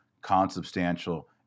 consubstantial